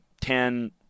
ten